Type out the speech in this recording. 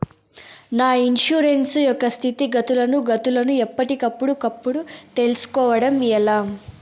నా ఇన్సూరెన్సు యొక్క స్థితిగతులను గతులను ఎప్పటికప్పుడు కప్పుడు తెలుస్కోవడం ఎలా?